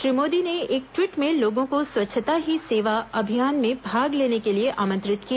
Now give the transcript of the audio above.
श्री मोदी ने एक ट्वीट में लोगों को स्वच्छता ही सेवा अभियान में भाग लेने के लिए आमंत्रित किया